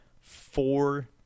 four